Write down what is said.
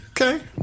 Okay